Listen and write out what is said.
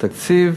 לתקציב